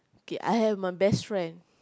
K I have my best friend